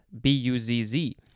B-U-Z-Z